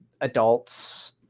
adults